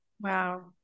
Wow